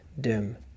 dim